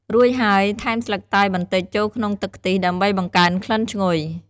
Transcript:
រួចហើយ ថែមស្លឹកតើយបន្តិចចូលក្នុងទឹកខ្ទិះ ដើម្បីបង្កើនក្លិនឈ្ងុយ។